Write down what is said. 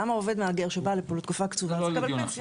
למה עובד שבא לפה לתקופה קצובה צריך לקבל פנסיה?